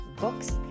books